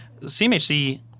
CMHC